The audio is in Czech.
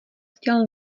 chtěl